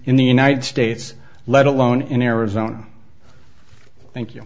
in the united states let alone in arizona thank you